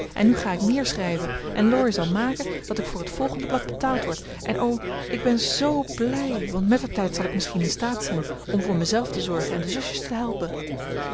en nu ga ik meer schrijven en laurie zal maken dat ik voor het volgende betaald word en o ik ben z blij want mettertijd zal ik misschien in staat zijn om voor me zelf te zorgen en de zusjes te helpen